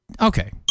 Okay